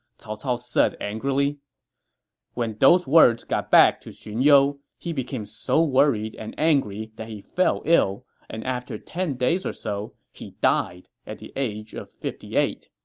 cao cao said angrily when those words got back to xun you, he became so worried and angry that he fell ill, and after ten days or so, he died at the age of fifty eight.